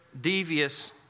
devious